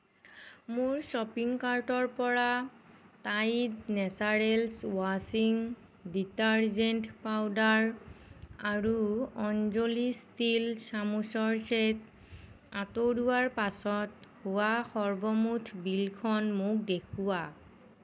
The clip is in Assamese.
মোৰ শ্বপিং কাৰ্টৰ পৰা টাইড নেচাৰেলছ ৱাশ্বিং ডিটাৰজেন্ট পাউদাৰ আৰু অঞ্জলি ষ্টীল চামুচৰ চেট আঁতৰোৱাৰ পাছত হোৱা সৰ্বমুঠ বিলখন মোক দেখুওৱা